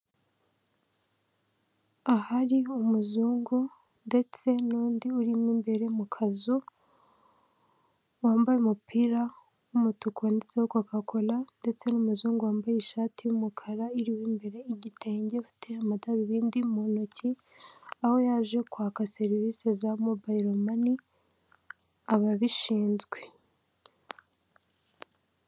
Ahari umuzungu ndetse n'undi urimo imbere mu kazu wambaye umupira w'umutuku wanditseho kokakora ndetse n'umuzungu wambaye ishati y'umukara iriho imbere igitenge, afite amadarubindi mu ntoki aho yaje kwaka serivisi za mobile mane ababishinzwe.